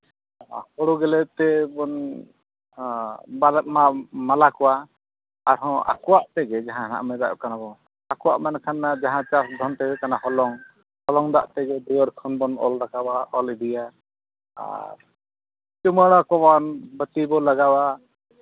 ᱦᱩᱲᱩ ᱜᱮᱞᱮ ᱛᱮᱵᱚᱱ ᱢᱟᱞᱟ ᱠᱚᱣᱟ ᱟᱨᱦᱚᱸ ᱟᱠᱚᱣᱟᱜ ᱛᱮᱜᱮ ᱡᱟᱦᱟᱸ ᱦᱟᱸᱜ ᱵᱚᱱ ᱢᱮᱛᱟᱜ ᱠᱟᱱᱟ ᱵᱚᱱ ᱟᱠᱚᱣᱟᱜ ᱢᱮᱱ ᱞᱮᱠᱷᱟᱱ ᱢᱟ ᱡᱟᱦᱟᱸ ᱪᱟᱥ ᱫᱷᱚᱱ ᱛᱮᱜᱮ ᱠᱟᱱᱟ ᱦᱚᱞᱚᱝ ᱦᱚᱞᱚᱝ ᱫᱟᱜ ᱛᱮᱜᱮ ᱫᱩᱣᱟᱹᱨ ᱠᱷᱚᱱ ᱵᱚᱱ ᱚᱞ ᱨᱟᱠᱟᱵᱟ ᱚᱞ ᱤᱫᱤᱭᱟ ᱟᱨ ᱪᱩᱢᱟᱹᱲᱟ ᱠᱚᱣᱟᱵᱚᱱ ᱵᱟᱹᱛᱤ ᱵᱚᱱ ᱞᱟᱜᱟᱣᱟ